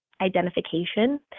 identification